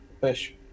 Fish